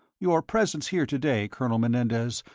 your presence here today, colonel menendez,